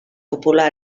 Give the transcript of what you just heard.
popular